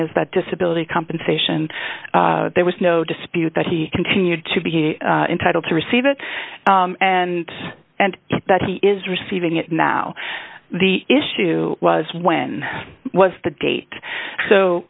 is that disability compensation there was no dispute that he continued to be entitled to receive it and and that he is receiving it now the issue was when was the date so